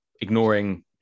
ignoring